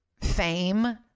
fame